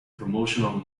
promotional